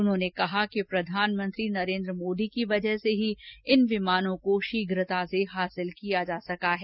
उन्होंने कहा कि प्रधानमंत्री नरेन्द्र मोदी की वैजह से ही इन विमानों को शीघता से हासिल किया जा सका है